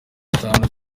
tanu